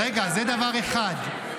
רגע, זה דבר אחד.